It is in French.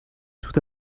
tout